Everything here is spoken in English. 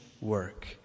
work